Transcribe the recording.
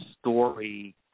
story